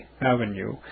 Avenue